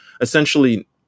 essentially